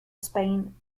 spain